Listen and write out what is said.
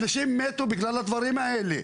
אנשים מתו בגלל הדברים האלה.